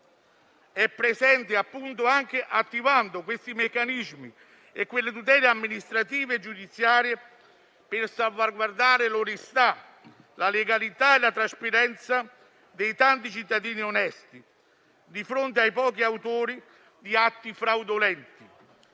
è presente, anche attivando i meccanismi e le tutele amministrative e giudiziarie per salvaguardare l'onestà, la legalità e la trasparenza dei tanti cittadini onesti di fronte ai pochi autori di atti fraudolenti,